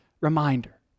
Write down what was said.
reminder